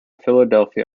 philadelphia